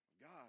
God